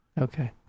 Okay